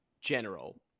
general